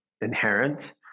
inherent